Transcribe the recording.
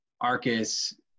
arcus